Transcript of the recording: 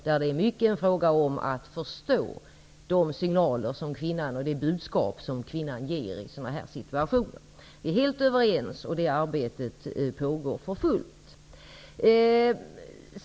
Jag fick en fråga om att förstå de signaler som kvinnan ger i sådana här situationer. Där är vi helt överens, och det arbetet pågår för fullt.